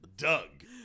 Doug